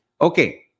Okay